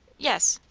yes.